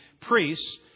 priests